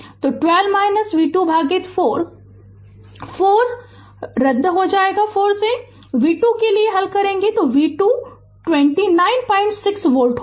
तो 12 v 2 भागित 4 4 4 रद्द हो जाएगा v 2 के लिए हल v 2 96 वोल्ट होगा